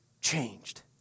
changed